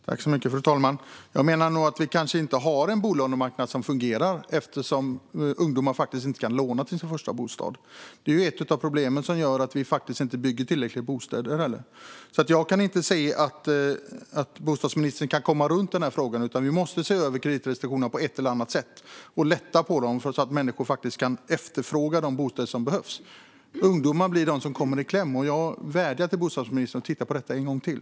Fru talman! Jag menar att vi kanske inte har en bolånemarknad som fungerar eftersom ungdomar inte kan låna till sin första bostad. Det är ett av problemen som leder till att det inte heller byggs tillräckligt med bostäder. Jag kan inte se att bostadsministern kan komma runt den här frågan. Vi måste se över kreditrestriktionerna på ett eller annat sätt och lätta på dem så att människor kan efterfråga de bostäder som behövs. Det är ungdomarna som kommer i kläm. Jag vädjar till bostadsministern att titta på detta en gång till.